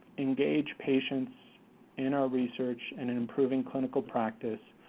engage patients in our research and improving clinical practice,